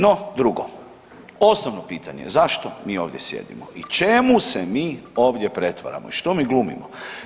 No, drugo osnovno pitanje, zašto mi ovdje sjedimo i čemu se mi ovdje pretvaramo i što mi glumimo?